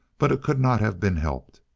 but it could not have been helped.